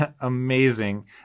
amazing